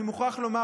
אני מוכרח לומר,